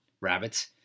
rabbits